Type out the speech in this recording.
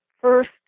first